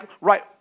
right